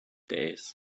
days